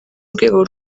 rwego